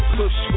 push